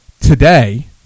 today